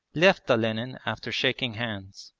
left olenin after shaking hands.